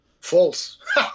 False